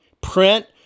print